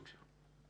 בבקשה.